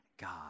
God